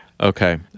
okay